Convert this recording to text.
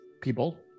people